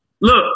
Look